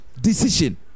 Decision